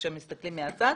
כשאנחנו מסתכלים מהצד,